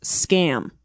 scam